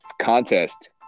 contest